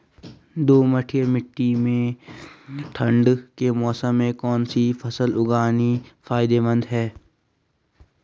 दोमट्ट मिट्टी में ठंड के मौसम में कौन सी फसल उगानी फायदेमंद है?